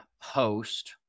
host